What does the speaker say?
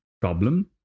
problem